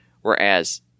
Whereas